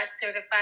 certified